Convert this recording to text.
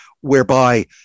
whereby